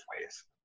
ways